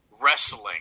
wrestling